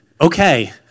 okay